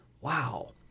wow